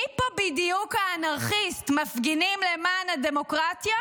מי פה בדיוק האנרכיסט, מפגינים למען הדמוקרטיה